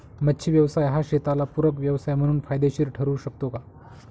मच्छी व्यवसाय हा शेताला पूरक व्यवसाय म्हणून फायदेशीर ठरु शकतो का?